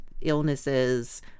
illnesses